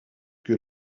que